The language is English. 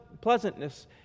pleasantness